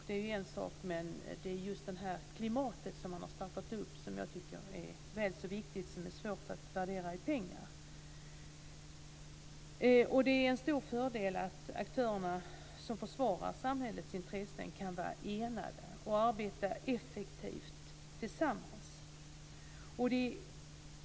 Det är ju en sak, men det är just det klimat som man har skapat som jag tycker är väl så viktigt. Det är svårt att värdera i pengar. Det är en stor fördel att de aktörer som försvarar samhällets intressen kan vara enade och arbeta effektivt tillsammans.